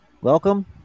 welcome